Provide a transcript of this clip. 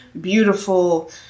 beautiful